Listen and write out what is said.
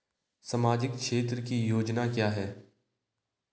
सामाजिक क्षेत्र की योजना क्या है?